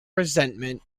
resentment